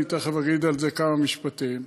ואני תכף אגיד על זה כמה משפטים.